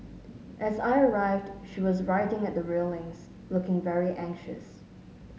as I arrived she was writing at the railings looking very anxious